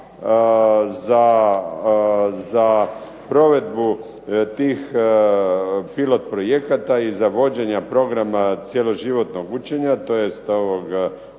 za provedbu tih pilot projekata i za vođenje projekta cjeloživotnog učenja tj. ILLP-a